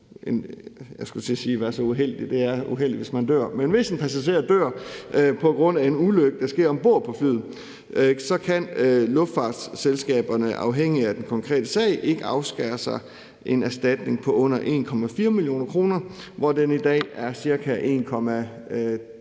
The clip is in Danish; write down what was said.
hvis en passager dør på grund af en ulykke, som sker om bord på flyet, kan luftfartsselskaberne afhængigt af den konkrete sag ikke afskære sig fra en erstatning på under 1,4 mio. kr. I dag er den ca. 1,2 mio. kr.